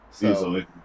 Easily